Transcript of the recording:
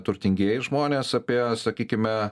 turtingieji žmonės apie sakykime